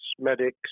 medics